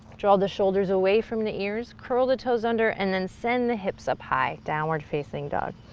draw the shoulders away from the ears. curl the toes under and then send the hips up high, downward facing dog.